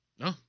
No